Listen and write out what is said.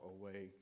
away